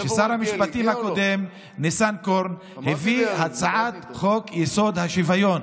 שר המשפטים הקודם ניסנקורן הביא את הצעת חוק-יסוד: השוויון.